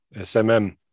smm